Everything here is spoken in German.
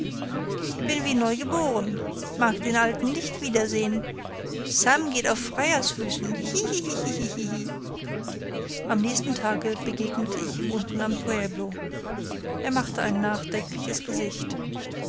bin wie neugeboren mag den alten nicht wiedersehen sam geht auf freiersfüßen hihihihi am nächsten tage begegnete ich ihm unten am pueblo er machte ein nachdenkliches gesicht